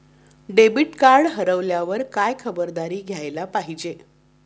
Debit card हरवल्यावर काय खबरदारी घ्यायला पाहिजे?